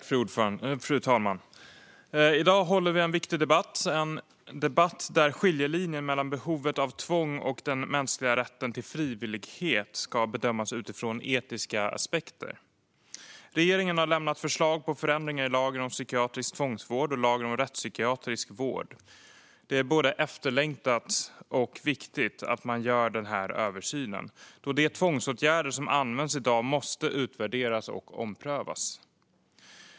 Fru talman! I dag håller vi en viktig debatt. Detta är en debatt där skiljelinjen mellan behovet av tvång och den mänskliga rätten till frivillighet ska bedömas utifrån etiska aspekter. Regeringen har lämnat förslag på förändringar i lagen om psykiatrisk tvångsvård och lagen om rättspsykiatrisk vård. Det är både efterlängtat och viktigt att man gör den här översynen, då de tvångsåtgärder som används i dag måste utvärderas och omprövas.